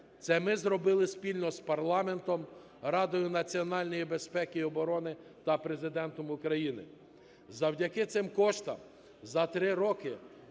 це ми зробили спільно з парламентом, Радою національної безпеки і оборони та Президентом України. Завдяки цим коштам за 3 роки